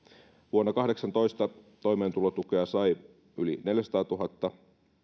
vuonna kahdeksantoista toimeentulotukea sai yli neljäsataatuhatta